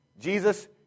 Jesus